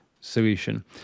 solution